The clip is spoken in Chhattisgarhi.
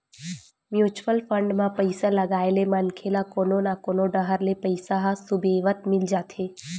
म्युचुअल फंड म पइसा लगाए ले मनखे ल कोनो न कोनो डाहर ले पइसा ह सुबेवत मिल जाथे